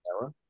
Error